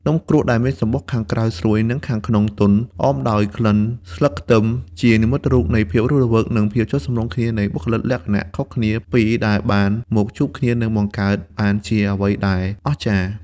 នំគ្រក់ ដែលមានសំបកខាងក្រៅស្រួយ និងខាងក្នុងទន់អមដោយក្លិនស្លឹកខ្ទឹម ជានិមិត្តរូបនៃភាពរស់រវើក និងភាពចុះសម្រុងគ្នានៃបុគ្គលិកលក្ខណៈខុសគ្នាពីរដែលបានមកជួបគ្នា និងបង្កើតបានជាអ្វីដែលអស្ចារ្យ។